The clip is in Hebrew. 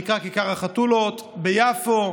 זה נקרא "כיכר החתולות" ביפו,